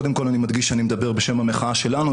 קודם כל אני מדגיש שאני מדבר בשם המחאה שלנו.